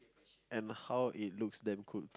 and how it looks damn cool